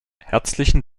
herzlichen